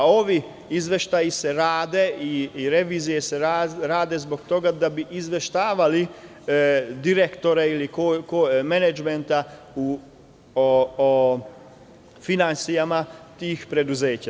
Ovi izveštaji i revizije se rade zbog toga da bi izveštavali direktore ili menadžment o finansijama tih preduzeća.